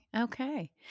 okay